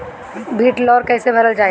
भीडरौल कैसे भरल जाइ?